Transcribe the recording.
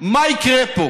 מה יקרה פה